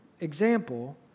example